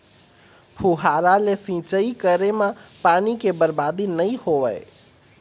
फुहारा ले सिंचई करे म पानी के बरबादी नइ होवय